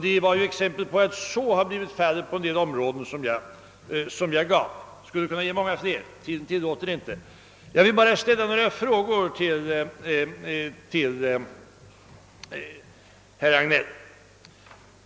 Det var exempel på att så blivit fallet på en del områden som jag angav. Jag skulle kunna anföra många fler exempel, men tiden tillåter inte detta. Nu vill jag bara ställa några frågor till herr Hagnell.